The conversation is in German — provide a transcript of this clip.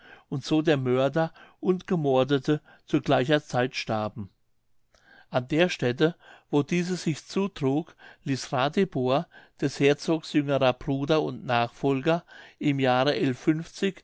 und so der mörder und gemordete zu gleicher zeit starben an der stätte wo dieses sich zutrug ließ ratibor des herzogs jüngerer bruder und nachfolger im jahre